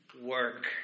work